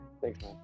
thanks